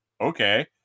okay